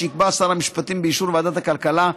שיקבע שר המשפטים באישור ועדת הכלכלה,